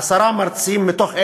עשרה מרצים מתוך 1,000,